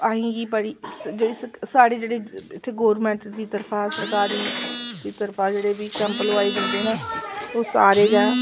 असें गी बड़ी जेह्ड़ी स्हेई साढ़ी जेहड़ी इत्थै गोरेमेंट दी तरफा सरकार दी तरफा जेह्ड़े बी कैंप लोआए जंदे न एह् सारे गै